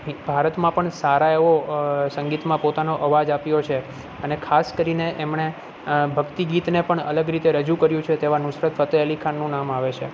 એ ભારતમાં પણ સારા એવા એવો સંગીતમાં પોતાનો અવાજ આપ્યો છે અને ખાસ કરીને એમણે ભક્તિ ગીતને પણ અલગ રીતે રજૂ કર્યું છે તેવા નુસરત ફતેહ અલીખાનનું નામ આવે છે